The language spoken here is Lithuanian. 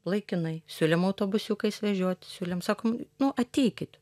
laikinai siūlėm autobusiukais vežiot siūlėm sakom nu ateikit